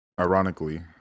ironically